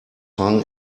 hung